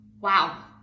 wow